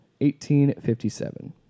1857